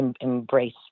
embrace